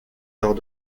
lors